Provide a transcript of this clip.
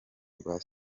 rwa